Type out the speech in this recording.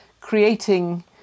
creating